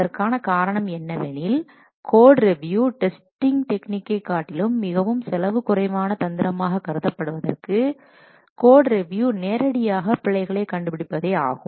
அதற்கான காரணம் என்னவெனில் கோட்ரிவியூ டெஸ்டிங் டெக்னிக்கை காட்டிலும் மிகவும் செலவு குறைவான தந்திரமாக கருதப்படுவதற்கு கோட்ரிவியூ நேரடியாக பிழைகளை கண்டுபிடிப்பதே ஆகும்